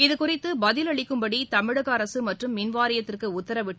இதுகுறித்து பதில் அளிக்கும்படி தமிழக அரசு மற்றும் மின் வாரியத்திற்கு உத்தரவிட்டு